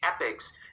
epics